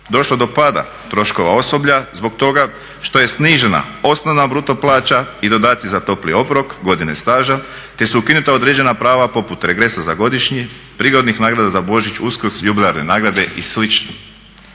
došlo do pada troškova osoblja zbog toga što je snižena osnovna bruto plaća i dodaci za topli obrok, godine staža, te su ukinuta određena prava poput regresa za godišnji, prigodnih nagrada za Božić, Uskrs, jubilarne nagrade i